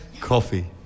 Coffee